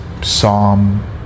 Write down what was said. psalm